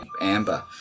amber